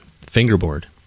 fingerboard